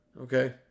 Okay